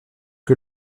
que